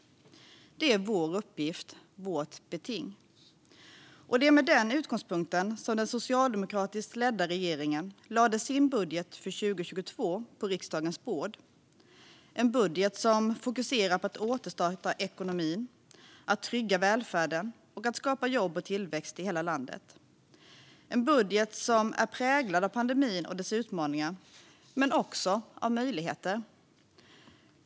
Det är vår uppgift, vårt beting. Och det var med den utgångspunkten som den socialdemokratiskt ledda regeringen lade sin budget för 2022 på riksdagens bord. Det är en budget som fokuserar på att återstarta ekonomin, trygga välfärden och skapa jobb och tillväxt i hela landet. Det är en budget som är präglad av pandemin och dess utmaningar men också av möjligheter.